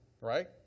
right